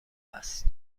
هست